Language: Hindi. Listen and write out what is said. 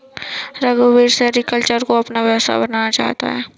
रघुवीर सेरीकल्चर को अपना व्यवसाय बनाना चाहता है